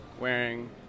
wearing